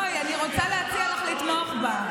בואי, אני רוצה להציע לך לתמוך בה.